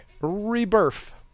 Rebirth